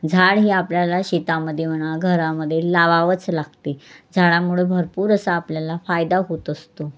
झाड ही आपल्याला शेतामध्ये म्हणा घरामध्ये लावावंच लागते झाडामुळं भरपूर असा आपल्याला फायदा होत असतो